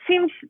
seems